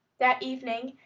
that evening,